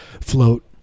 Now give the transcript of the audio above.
float